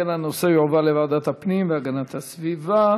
אם כן, הנושא יועבר לוועדת הפנים והגנת הסביבה.